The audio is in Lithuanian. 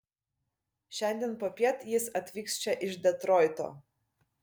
šiandien popiet jis atvyks čia iš detroito